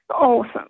Awesome